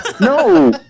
No